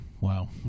Wow